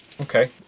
Okay